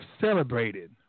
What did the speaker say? celebrated